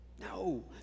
No